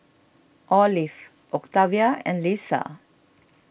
Olive Octavia and Leesa